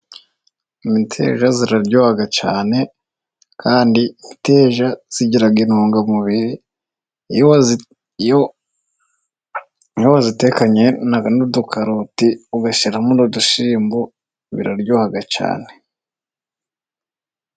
Imiteja iraryoha cyane kandi imiteja igira intungamubiri. Iyo wayitekanye n'udukaroti ugashyiramo n 'udushyimbo biraryoha cyane.